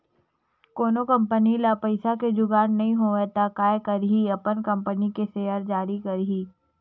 कोनो कंपनी ल पइसा के जुगाड़ नइ होवय त काय करही अपन कंपनी के सेयर जारी करही